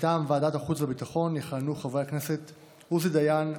מטעם ועדת החוץ והביטחון יכהנו חברי הכנסת עוזי דיין,